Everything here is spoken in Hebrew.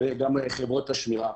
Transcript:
וחברות השמירה.